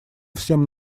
всем